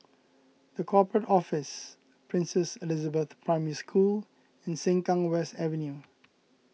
the Corporate Office Princess Elizabeth Primary School and Sengkang West Avenue